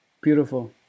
beautiful